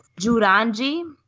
juranji